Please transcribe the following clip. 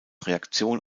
reaktion